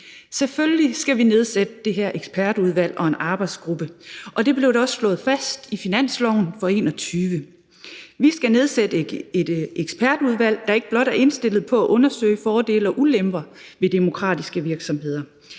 Selvfølgelig skal vi nedsætte det her ekspertudvalg og en arbejdsgruppe, og det blev også slået fast i finansloven for 2021. Vi skal nedsætte et ekspertudvalg, der ikke blot er indstillet på at undersøge fordele og ulemper ved demokratiske virksomheder.